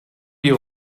die